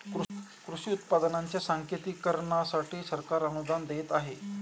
कृषी उत्पादनांच्या सांकेतिकीकरणासाठी सरकार अनुदान देत आहे